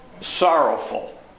sorrowful